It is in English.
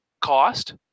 cost